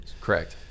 Correct